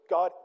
God